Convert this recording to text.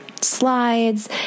slides